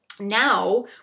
Now